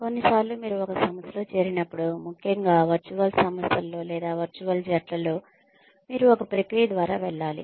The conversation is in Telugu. కొన్నిసార్లు మీరు ఒక సంస్థలో చేరినప్పుడు ముఖ్యంగా వర్చువల్ సంస్థ లలో లేదా వర్చువల్ జట్లలో మీరు ఒక ప్రక్రియ ద్వారా వెళ్ళాలి